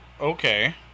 Okay